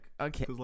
Okay